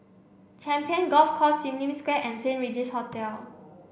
Champions Golf Course Sim Lim Square and Saint Regis Hotel